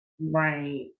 Right